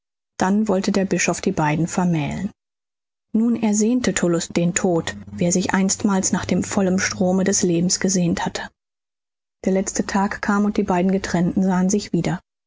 dann wollte der bischof die beiden vermählen nun ersehnte tullus den tod wie er sich einstmals nach dem vollen strome des lebens gesehnt hatte der letzte tag kam und die beiden getrennten sahen sich wieder